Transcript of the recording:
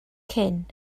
cyn